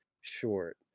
short